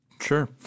Sure